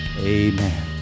amen